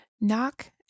Knock